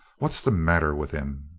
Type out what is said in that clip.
what's the matter with him?